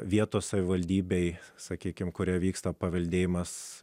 vietos savivaldybei sakykime kuria vyksta paveldėjimas